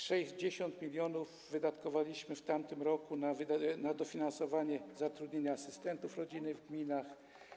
60 mln wydatkowaliśmy w tamtym roku na dofinansowanie zatrudnienia asystentów rodzinnych w gminach.